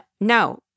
no